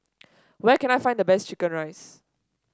where can I find the best chicken rice